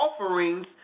offerings